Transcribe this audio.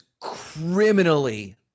criminally